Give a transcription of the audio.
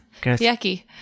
Yucky